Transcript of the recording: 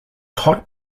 hot